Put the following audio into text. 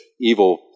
evil